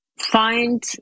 find